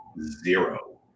zero